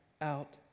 out